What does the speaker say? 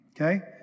Okay